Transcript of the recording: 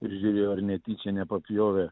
ir žiūrėjo ar netyčia nepapjovė